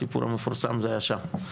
הסיפור המפורסם הזה היה שם.